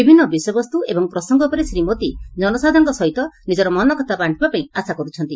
ବିଭିନ୍ ବିଷୟବସ୍ତୁ ଏବଂ ପ୍ରସଙ୍ଙ ଉପରେ ଶ୍ରୀ ମୋଦି ଜନସାଧାରଣଙ୍କ ସହିତ ନିକର ମନକଥା ବାଙ୍କିବାପାଇଁ ଆଶା କର୍ବଛନ୍ତି